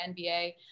NBA